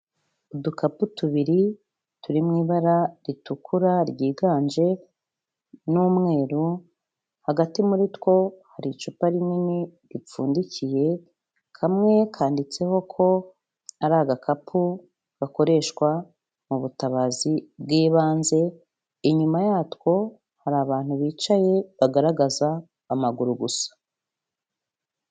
Udukapu tubiri turi mu ibara ritukura ryiganje n'umweru, hagati muri two hari icupa rinini ripfundikiye, kamwe kanditseho ko ari agakapu gakoreshwa mu butabazi bw'ibanze, inyuma yatwo hari abantu bicaye bagaragaza amaguru gusa.